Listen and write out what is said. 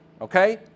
okay